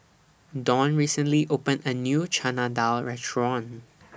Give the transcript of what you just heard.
Don recently opened A New Chana Dal Restaurant